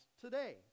today